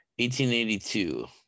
1882